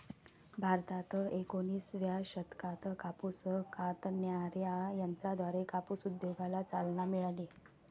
भारतात एकोणिसाव्या शतकात कापूस कातणाऱ्या यंत्राद्वारे कापूस उद्योगाला चालना मिळाली